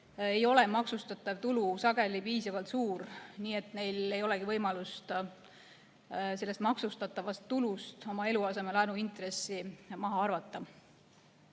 ei ole maksustatav tulu sageli piisavalt suur, nii et neil ei olegi võimalust maksustatavast tulust eluasemelaenu intressi maha arvata.